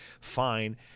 fine